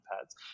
pads